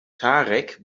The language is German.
tarek